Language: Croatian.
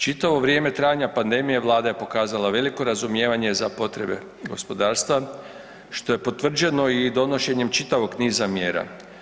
Čitavo vrijeme trajanja pandemije vlada je pokazala veliko razumijevanje za potrebe gospodarstva što je potvrđeno i donošenjem čitavog niza mjera.